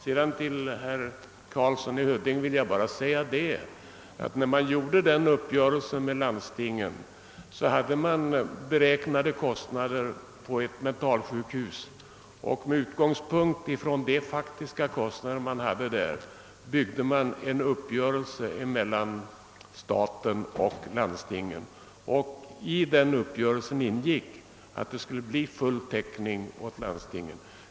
För herr Karlsson i Huddinge vill jag bara påpeka att när staten träffade denna uppgörelse med landstingen förelåg kostnadsberäkningar för ett mentalsjukhus. Med utgångspunkt från de faktiska kostnader man hade träffades en uppgörelse mellan staten och landstingen, och i denna ingick att det skulle bli full täckning åt landstingen.